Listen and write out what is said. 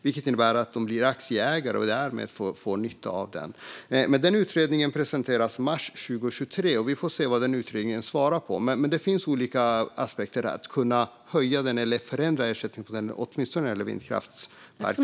Det innebär att de blir aktieägare i vindkraftsparken och därmed får nytta av den. Utredningen presenteras i mars 2023. Vi får se vilka svar den ger. Men det finns olika aspekter när det gäller att kunna höja ersättningarna eller förändra ersättningsmodellerna, åtminstone när det gäller vindkraftsparker.